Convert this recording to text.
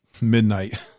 midnight